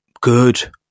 good